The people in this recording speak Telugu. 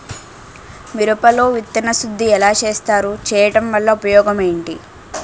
మిరప లో విత్తన శుద్ధి ఎలా చేస్తారు? చేయటం వల్ల ఉపయోగం ఏంటి?